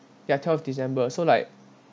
ya twelfth december so like